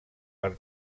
per